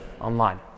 Online